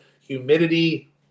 humidity